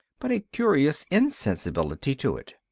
but a curious insensibility to it.